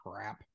crap